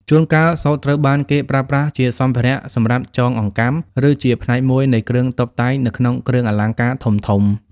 ជួនកាល សូត្រត្រូវបានគេប្រើប្រាស់ជាសម្ភារៈសម្រាប់ចងអង្កាំ ឬជាផ្នែកមួយនៃគ្រឿងតុបតែងនៅក្នុងគ្រឿងអលង្ការធំៗ។